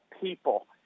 people